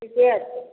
ठिके छै